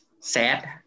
sad